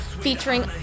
featuring